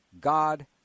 God